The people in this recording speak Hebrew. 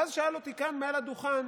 ואז שאל אותי כאן מעל הדוכן